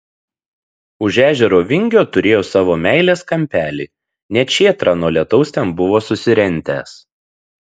už ežero vingio turėjo savo meilės kampelį net šėtrą nuo lietaus ten buvo susirentęs